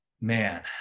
Man